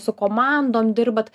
su komandom dirbat